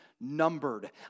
numbered